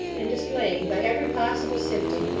and displaying, by every possible symptom,